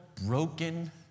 broken